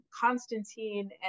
Constantine